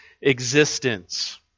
existence